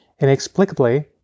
Inexplicably